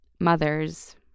mothers